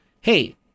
hey